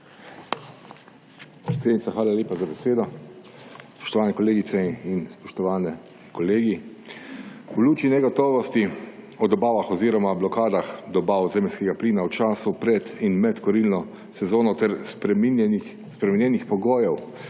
hvala lepa za besedo. Spoštovane kolegice in spoštovani kolegi! V luči negotovosti o dobavah oziroma blokadah dobav zemeljskega plina v času pred in med kurilno sezono ter spremenjenih pogojev